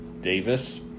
Davis